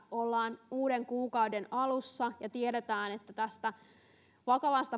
ollaan uuden kuukauden alussa ja tiedetään että tästä vakavasta